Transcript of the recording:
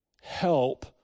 help